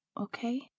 okay